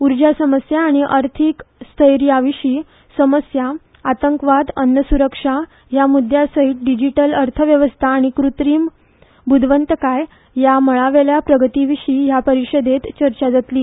उर्जा समस्या आनी आर्थिक स्थैर्याविशी समस्या आतंकवाद अन्नसुरक्षा ह्या मुद्यांसयत डिजीटल अर्थव्यवस्था आनी कूत्रीम बुदवंतकाय ह्या मळावेल्या प्रगतीविशी ह्या परीषदेत चर्चा जातली